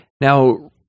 Now